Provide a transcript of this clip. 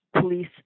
police